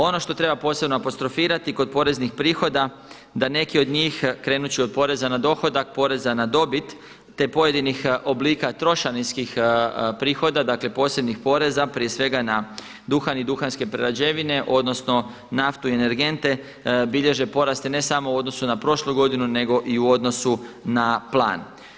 On što treba posebno apostrofirati kod poreznih prihoda da neki od njih, krenuti ću od poreza na dohodak, poreza na dobit, te pojedinih oblika trošarinskih prihoda, dakle posebnih poreza, prije svega na duhan i duhanske prerađevine, odnosno naftu i energente, bilježe porasti ne samo u odnosu na prošlo godinu nego i u odnosu na plan.